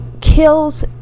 kills